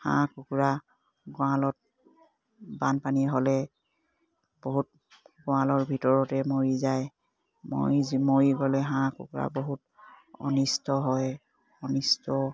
হাঁহ কুকুৰা গড়ালত বানপানী হ'লে বহুত গড়ালৰ ভিতৰতে মৰি যায় মৰি মৰি গ'লে হাঁহ কুকুৰা বহুত অনিষ্ট হয় অনিষ্ট